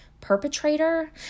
perpetrator